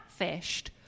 catfished